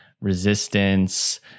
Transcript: resistance